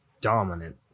dominant